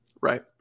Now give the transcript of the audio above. Right